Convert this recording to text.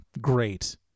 great